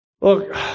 Look